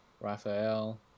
Raphael